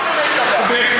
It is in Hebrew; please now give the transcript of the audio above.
ספרות טובה.